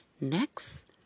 Next